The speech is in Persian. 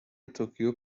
توکیو